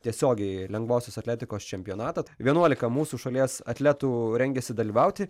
tiesiogiai lengvosios atletikos čempionatą vienuolika mūsų šalies atletų rengiasi dalyvauti